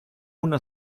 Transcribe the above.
una